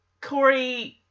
Corey